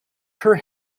her